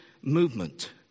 movement